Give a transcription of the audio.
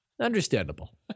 Understandable